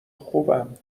خوبم